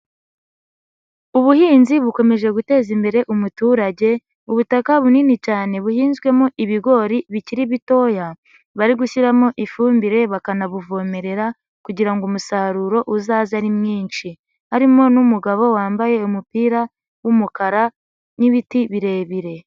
Ubuhinzi bukomeje guteza imbere umuturage, ubutaka bunini cyane buhinzwemo ibigori bikiri bitoya, bari gushyiramo ifumbire, bakanabuvomerera kugira ngo umusaruro uzaze ari mwinshi. Harimo n'umugabo wambaye umupira w'umukara n'ibiti birebire.